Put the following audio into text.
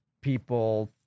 people